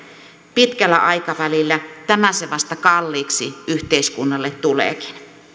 pitkällä aikavälillä tämä se vasta kalliiksi yhteiskunnalle tuleekin